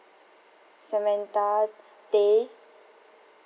samantha tay